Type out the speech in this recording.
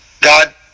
God